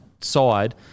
side